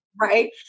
right